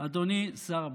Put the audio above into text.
אדוני שר הבריאות,